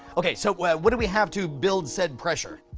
okay so what do we have to build said pressure?